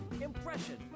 impression